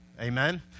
Amen